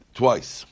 twice